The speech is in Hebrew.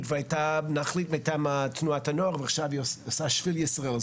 והייתה נח"לאית מטעם תנועת הנוער ועושה עכשיו שביל ישראל.